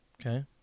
Okay